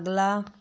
अगला